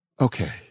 Okay